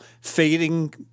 fading